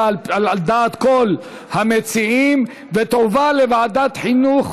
על דעת כל המציעים ותועבר לוועדת החינוך,